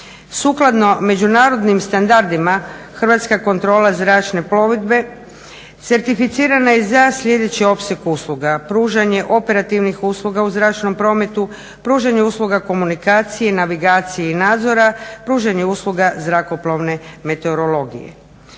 Sukladno međunarodnim standardima Hrvatska kontrola zračne plovidbe certificirana je za sljedeći opseg usluga: pružanje operativnih usluga u zračnom prometu, pružanje usluga komunikacije, navigacije i nadzora, pružanje usluga zrakoplovne meteorologije.